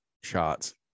shots